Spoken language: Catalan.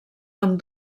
amb